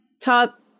top